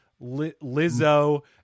Lizzo